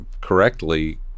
correctly